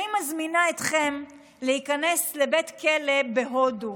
אני מזמינה אתכם להיכנס לבית כלא בהודו.